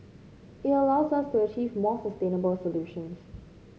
it allows us to achieve more sustainable solutions